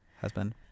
husband